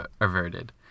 averted